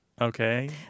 Okay